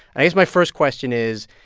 i guess my first question is,